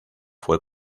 fue